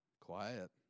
Quiet